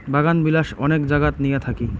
বাগানবিলাস অনেক জাগাত নিয়া থাকি